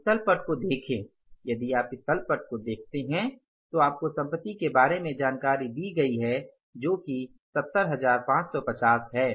इस तल पट को देखें यदि आप इस तल पट को देखते हैं तो आपको संपत्ति के बारे में जानकारी दी गई है जो कि 70550 है